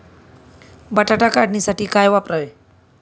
बटाटा काढणीसाठी काय वापरावे?